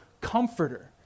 comforter